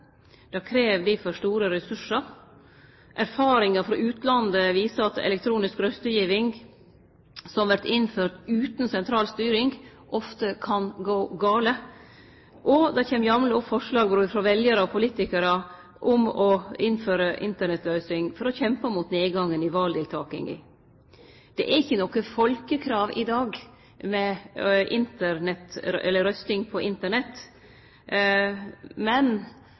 Det krev difor store ressursar. Erfaringar frå utlandet viser at elektronisk røystegiving som vert innførd utan sentral styring, ofte kan gå gale. Det kjem jamleg opp forslag både frå veljarar og frå politikarar om å innføre Internett-røysting for å kjempe mot nedgangen i valdeltakinga. Det er ikkje noko folkekrav i dag om røysting på Internett, men